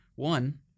One